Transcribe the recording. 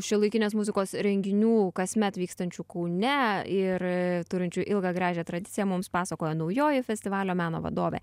šiuolaikinės muzikos renginių kasmet vykstančių kaune ir turinčių ilgą gražią tradiciją mums pasakojo naujoji festivalio meno vadovė